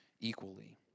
equally